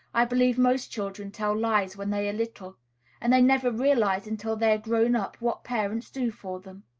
i believe most children tell lies when they are little and they never realize until they are grown up what parents do for them.